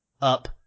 up